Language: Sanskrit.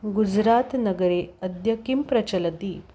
गुजरात् नगरे अद्य किं प्रचलति